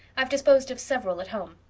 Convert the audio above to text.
i've disposed of several at home.